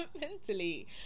mentally